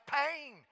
pain